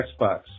Xbox